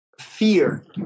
fear